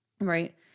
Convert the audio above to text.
Right